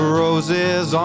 roses